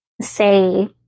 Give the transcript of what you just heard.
say